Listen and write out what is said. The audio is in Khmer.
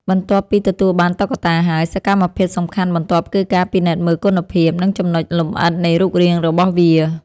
បន្ទាប់ពីទទួលបានតុក្កតាហើយ សកម្មភាពសំខាន់បន្ទាប់គឺការពិនិត្យមើលគុណភាព និងចំណុចលម្អិតនៃរូបរាងរបស់វា។